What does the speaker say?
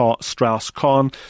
Strauss-Kahn